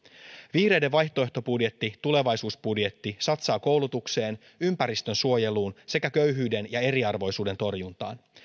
vihreiden vaihtoehtobudjetti tulevaisuusbudjetti satsaa koulutukseen ympäristönsuojeluun sekä köyhyyden ja eriarvoisuuden torjuntaan